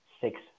six